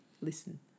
listen